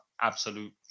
absolute